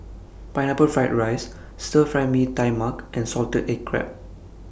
Pineapple Fried Rice Stir Fry Mee Tai Mak and Salted Egg Crab